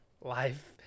life